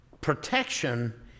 protection